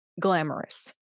glamorous